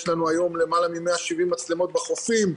יש לנו היום למעלה מ-170 מצלמות בחופים,